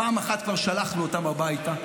פעם אחת כבר שלחנו אותם הביתה,